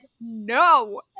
no